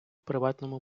приватному